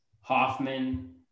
Hoffman